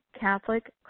Catholic